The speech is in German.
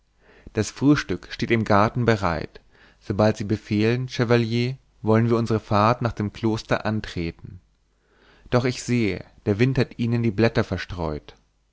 das frühstück steht im garten bereit sobald sie befehlen chevalier wollen wir unsere fahrt nach dem kloster antreten doch ich sehe der wind hat ihnen die blätter verstreut